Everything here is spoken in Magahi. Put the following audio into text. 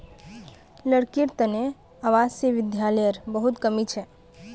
लड़की लार तने आवासीय विद्यालयर बहुत कमी छ